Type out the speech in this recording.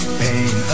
pain